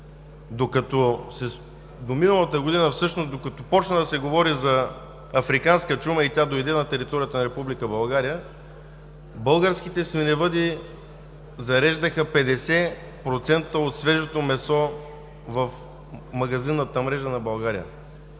До миналата година всъщност, докато започна да се говори за африканска чума и тя дойде на територията на Република България, българските свиневъди зареждаха 50% от свежото месо в магазинната мрежа на България.